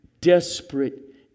desperate